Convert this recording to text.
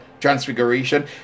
Transfiguration